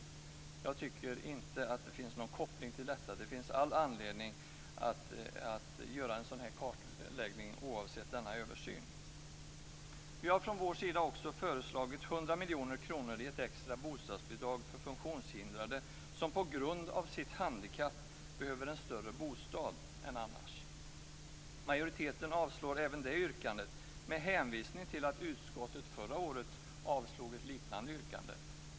Jag tycker inte att det finns någon koppling till detta. Det finns all anledning att göra en sådan här kartläggning oavsett denna översyn. Vi har också föreslagit 100 miljoner kronor i extra bostadsbidrag för funktionshindrade som på grund av sitt handikapp behöver en större bostad än annars. Majoriteten avstyrker även det yrkandet, med hänvisning till att utskottet förra året avslog ett liknande yrkande.